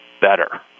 better